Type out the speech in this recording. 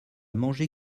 mangé